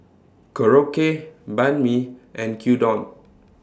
Korokke Banh MI and Gyudon